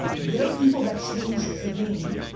they're people that change the game.